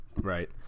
Right